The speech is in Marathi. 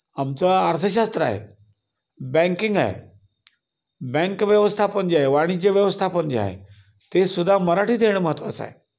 आमचं अर्थशास्त्र आहे बँकिंग आहे बँक व्यवस्थापन जे आहे वाणिज्य व्यवस्थापन जे आहे ते सुद्धा मराठीत येणं महत्त्वाचं आहे